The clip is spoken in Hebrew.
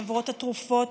חברות התרופות,